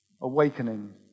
Awakening